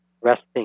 resting